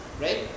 right